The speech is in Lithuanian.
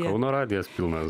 kauno radijas pilnas